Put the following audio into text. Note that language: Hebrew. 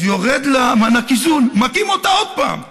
אז יורד לה מענק האיזון, מכים אותה עוד פעם.